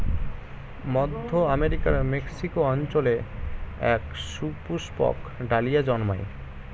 মধ্য আমেরিকার মেক্সিকো অঞ্চলে এক সুপুষ্পক ডালিয়া জন্মায়